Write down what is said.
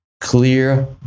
clear